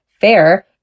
fair